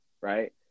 Right